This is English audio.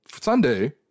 Sunday